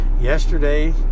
Yesterday